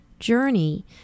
journey